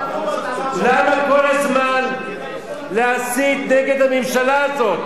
למה כל הזמן להסית נגד הממשלה הזאת?